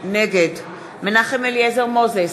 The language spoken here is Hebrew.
נגד מנחם אליעזר מוזס,